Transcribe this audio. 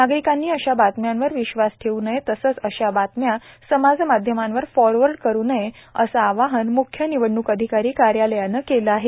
नागरीकांनी अशा बातम्यांवर विश्वास ठेवू नये तसेच अशा बातम्या समाज माध्यमांवर फॉरवर्ड करु नये असे आवाहन मुख्य निवडणक अधिकारी कार्यालयाने केले आहे